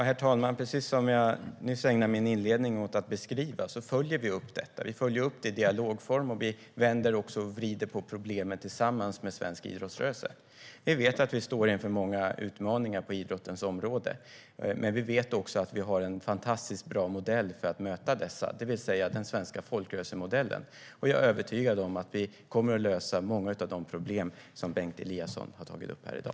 Herr talman! Precis som jag nyss nämnde i min inledning följer vi upp detta. Vi följer upp det i dialogform, och vi vänder och vrider på problemet tillsammans med svensk idrottsrörelse. Vi vet att vi står inför många utmaningar på idrottens område. Men vi vet också att vi har en fantastiskt bra modell för att möta dessa, det vill säga den svenska folkrörelsemodellen. Jag är övertygad om att vi kommer att lösa många av de problem som Bengt Eliasson har tagit upp här i dag.